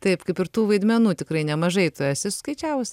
taip kaip ir tų vaidmenų tikrai nemažai tu esi suskaičiavus